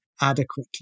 adequately